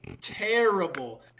Terrible